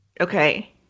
Okay